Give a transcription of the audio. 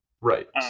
right